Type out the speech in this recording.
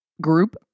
group